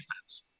defense